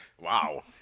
Wow